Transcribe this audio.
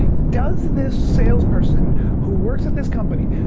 does this sales person who works at this company,